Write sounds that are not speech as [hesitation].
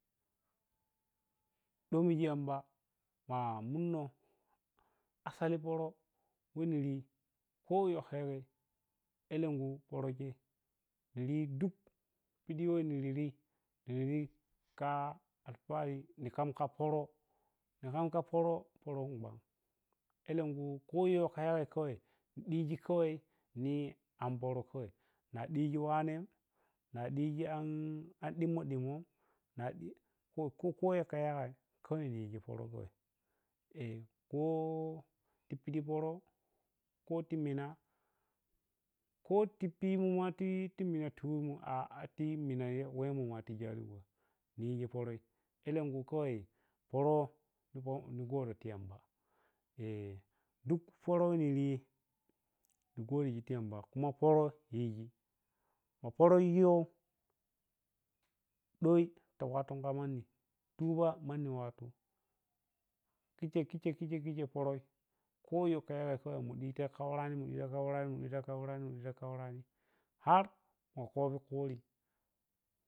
Do miji yamba mamunno asali poro we niriyi ko yakko yaweh alenku poro chei niyi duk pidi we niri rhi, niri rhika nikam ka poro, nika poro elenku ko yowkayagai ku diji kawai chei an poro kawai diji wanena diji an dimmo- dimmon, naɗi, koyowkayagai kawa iniyiji poro em [hesitation] kotipidi poro ko ti mina koti pimun mart mins wemo mati jalingo nioyiji paroi elenkui makwai poro ni godo ti uamba eh duk poro weh niryi ni godiji ti yamba kuma poro yiji na poro yow doi ti wattu ka manni, tuba manni wattu kicche ki chei kicche popoi koyow kayagai wakai munti ta kawwau rani diya kawwurani men dita kawwurani har ka kobi kuri.